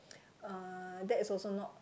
uh that is also not